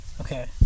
Okay